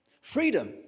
Freedom